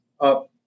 up